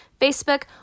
Facebook